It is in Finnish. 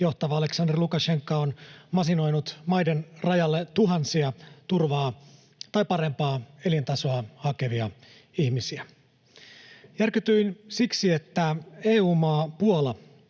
johtava Aljaksandr Lukašenka on masinoinut maiden rajalle tuhansia turvaa tai parempaa elintasoa hakevia ihmisiä. Järkytyin siksi, että EU-maa Puola